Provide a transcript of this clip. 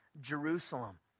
Jerusalem